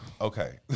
okay